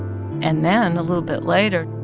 and then a little bit later,